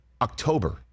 October